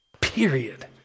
Period